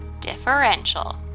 Differential